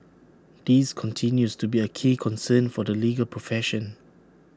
this continues to be A key concern for the legal profession